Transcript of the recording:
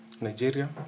Nigeria